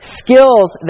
skills